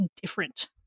different